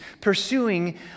pursuing